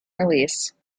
release